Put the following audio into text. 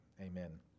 amen